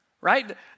right